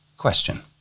question